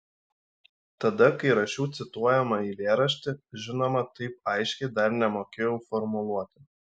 tada kai rašiau cituojamą eilėraštį žinoma taip aiškiai dar nemokėjau formuluoti